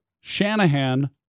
Shanahan